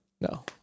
No